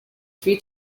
three